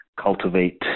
Cultivate